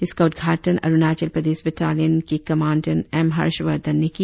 इसका उद्घाटन अरुणाचल प्रदेश बटालियन के कमांड़ेंट एम हर्षवर्धन ने किया